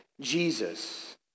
Jesus